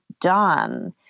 done